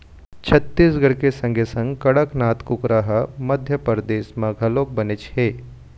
छत्तीसगढ़ के संगे संग कड़कनाथ कुकरा ह मध्यपरदेस म घलोक बनेच हे